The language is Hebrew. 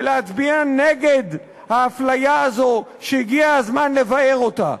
ולהצביע נגד ההפליה הזו, שהגיע הזמן לבער אותה.